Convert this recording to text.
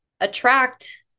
attract